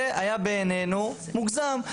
זה היה בעינינו מוגזם,